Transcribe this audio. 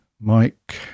Mike